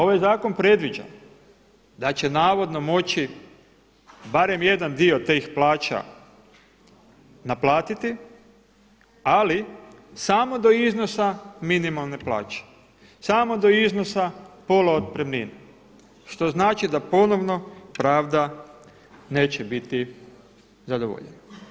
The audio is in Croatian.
Ovaj zakon predviđa da će navodno moći barem jedan dio tih plaća naplatiti, ali samo do iznosa minimalne plaće, samo do iznosa pola otpremnine što znači da ponovno pravda neće biti zadovoljena.